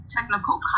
technical